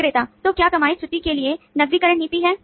विक्रेता तो क्या कमाई छुट्टी के लिए नकदीकरण नीति है